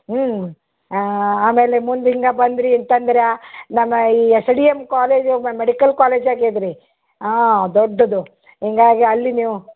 ಹ್ಞೂ ಆಮೇಲೆ ಮುಂದೆ ಹಿಂಗೆ ಬಂದಿರಿ ಎಂತಂದ್ರೆ ನಮ್ಮ ಈ S D M college medical college ಆಗ್ಯಾದೆ ರೀ ಆಂ ದೊಡ್ದದು ಹೀಗಾಗಿ ಅಲ್ಲಿ ನೀವು